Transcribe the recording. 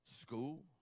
school